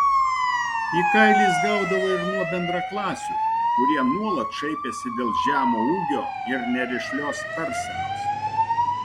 į kailį jis gaudavo ir nuo bendraklasių kurie nuolat šaipėsi dėl žemo ūgio ir nerišlios tarsenos